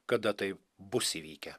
kada tai bus įvykę